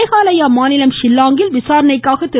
மேகாலயா மாநிலம் ஷில்லாங்கில் விசாரணைக்காக திரு